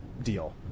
deal